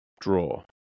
Draw